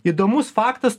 įdomus faktas